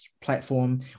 platform